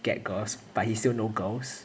get girls but he still no girls